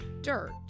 dirt